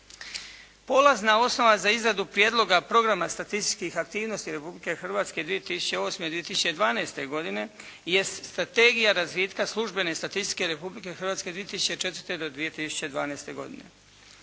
Polazna osnova za izradu prijedloga programa statističkih aktivnosti Republike Hrvatske 2008./2012. godine jest Strategija razvitka službene statistike Republike Hrvatske od 2004. do 2012. godine.